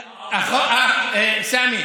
סמי,